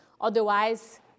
Otherwise